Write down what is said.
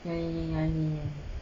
nyanyi-nyanyi eh